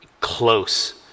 close